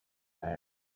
bag